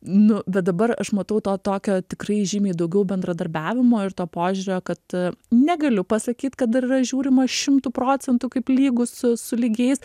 nu bet dabar aš matau to tokio tikrai žymiai daugiau bendradarbiavimo ir to požiūrio kad negaliu pasakyt kad dar yra žiūrima šimtu procentų kaip lygūs su lygiais